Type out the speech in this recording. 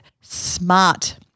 smart